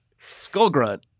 Skullgrunt